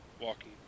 walking